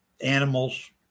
animals